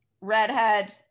redhead